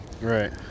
Right